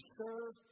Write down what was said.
serve